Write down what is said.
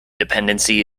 dependency